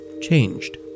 changed